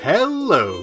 Hello